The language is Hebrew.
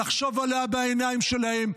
לחשוב עליה בעיניים שלהם,